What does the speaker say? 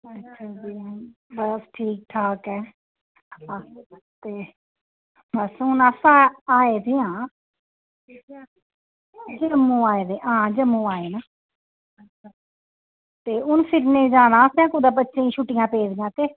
बस ठीक ठाक ऐ अस आये दे आं आए जम्मू आए न ते हून फिरनै गी जाना असें बच्चें गी छुट्टियां पेदियां ते